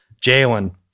Jalen